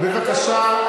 בבקשה,